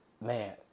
Man